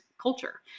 culture